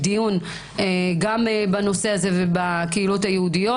דיון בנושא הזה ועל הקהילות היהודיות.